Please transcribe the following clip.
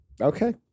Okay